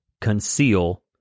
Conceal